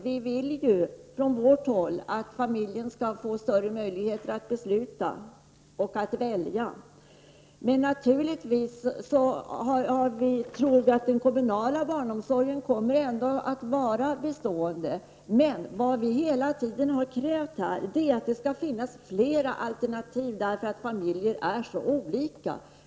Från vårt håll vill vi ju att familjen skall få större möjligheter att välja och besluta. Vi tror ändå att den kommunala barnomsorgen kommer att vara bestående. Men vad vi har krävt hela tiden är att det skall finnas fler alternativ, eftersom familjer är så olika.